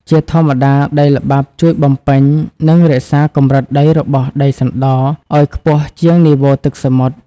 ជាធម្មតា ដីល្បាប់ជួយបំពេញ និងរក្សាកម្រិតដីរបស់ដីសណ្ដរឱ្យខ្ពស់ជាងនីវ៉ូទឹកសមុទ្រ។